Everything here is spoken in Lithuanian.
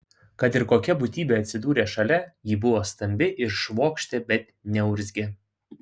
kad ir kokia būtybė atsidūrė šalia ji buvo stambi ir švokštė bet neurzgė